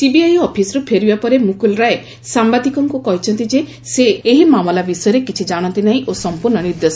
CBI ଅଫିସ୍ରୁ ଫେରିବା ପରେ ମୁକୁଲ ରାୟ ସାମ୍ବାଦିକଙ୍କୁ କହିଛନ୍ତି ଯେ ସେ ଏହି ମାମଲା ବିଷୟରେ କିଛି ଜାଶନ୍ତି ନାହିଁ ଓ ସଂପୂର୍ଣ୍ଣ ନିର୍ଦ୍ଦୋଷ